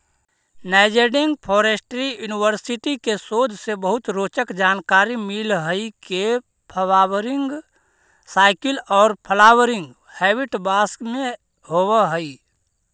Nanjing forestry university के शोध से बहुत रोचक जानकारी मिल हई के फ्वावरिंग साइकिल औउर फ्लावरिंग हेबिट बास में होव हई